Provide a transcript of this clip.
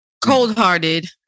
cold-hearted